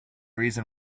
reason